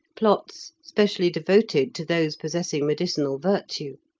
plots specially devoted to those possessing medicinal virtue.